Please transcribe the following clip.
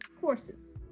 courses